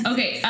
Okay